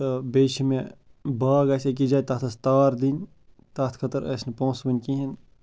تہٕ بیٚیہِ چھِ مےٚ باغ اَسہِ أکِس جایہِ تَتھ ٲس تار دِنۍ تَتھ خٲطرٕ ٲسۍ نہٕ پوںٛسہٕ وٕنۍ کِہیٖنۍ